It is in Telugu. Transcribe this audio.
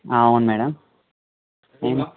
అవును మేడం ఏమి